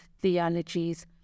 theologies